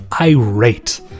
irate